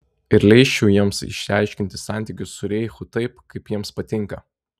ir leisčiau jiems išsiaiškinti santykius su reichu taip kaip jiems patinka